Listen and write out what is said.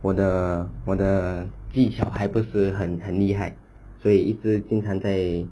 我的我的技巧还不是很很厉害所以一直经常在